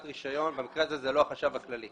רישיון במקרה הזה זה לא החשב הכללי.